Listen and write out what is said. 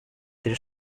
their